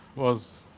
was